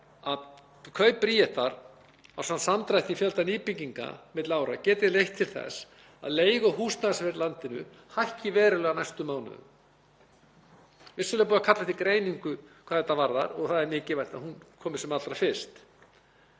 að kaup Bríetar ásamt samdrætti í fjölda nýbygginga milli ára geti leitt til þess að leigu- og húsnæðisverð í landinu hækki verulega á næstu mánuðum. Vissulega er búið að kalla eftir greiningu hvað þetta varðar og mikilvægt að hún komi sem allra fyrst